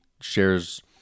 shares